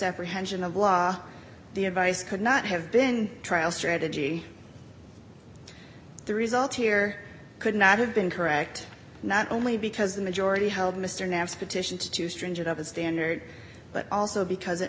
apprehension of law the advice could not have been trial strategy the result here could not have been correct not only because the majority held mr knapp's petition to too stringent of a standard but also because it